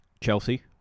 Chelsea